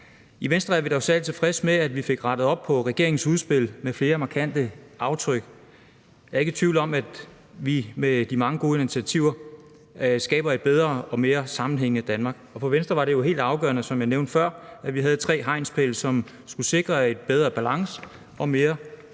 I Venstre er vi dog særlig tilfredse med, at vi fik rettet op på regeringens udspil med flere markante aftryk. Jeg er ikke i tvivl om, at vi med de mange gode initiativer skaber et bedre og mere sammenhængende Danmark. For Venstre var det jo helt afgørende, som jeg nævnte før, at vi havde tre hegnspæle, som skulle sikre en bedre balance og mere velfærd